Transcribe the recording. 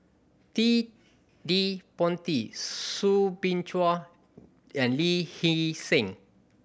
Ted De Ponti Soo Bin Chua and Lee Hee Seng